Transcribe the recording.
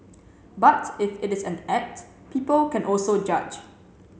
but if it is an act people can also judge